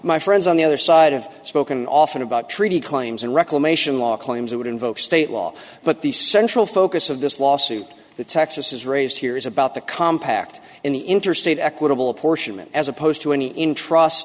my friends on the other side of spoken often about treaty claims and reclamation law claims that would invoke state law but the central focus of this lawsuit that texas has raised here is about the compact in the interstate equitable apportionment as opposed to any intrust